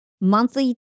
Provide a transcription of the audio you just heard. monthly